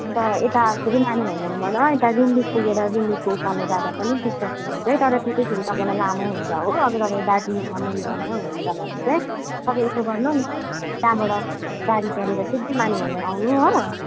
अन्त यता फेरि माने भन्ज्याङबाट यता रिम्बिक पुगेर रिम्बिकको उकालो जाँदा पनि पुग्छ पुग्नु चाहिँ तर त्यो चाहिँ फेरि तपाईँलाई लामो हुन्छ हो अब तपाईँ दार्जिलिङमा मेन टाउनमा हुनु हुन्छ भने चाहिँ तपाईँ यसो गर्नु न त्यहाँबाट गाडी चढेर सिधै माने भन्ज्याङ आउनु हो